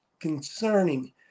concerning